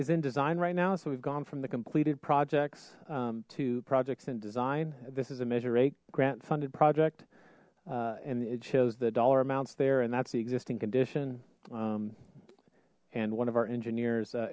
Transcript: in design right now so we've gone from the completed projects to projects in design this is a measure eight grant funded project and it shows the dollar amounts there and that's the existing condition and one of our engineers